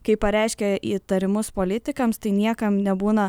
kai pareiškė įtarimus politikams tai niekam nebūna